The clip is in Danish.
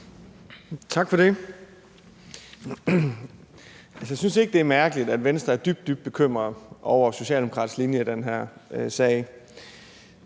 Tak for det. Altså, jeg synes ikke, det er mærkeligt, at Venstre er dybt, dybt bekymret over den socialdemokratiske linje i den her sag.